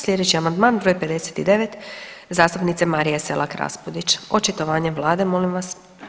Sljedeći amandman br. 59 zastupnice Marije Selak RAspudić očitovanje vlade molim vas.